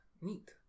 Neat